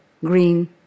green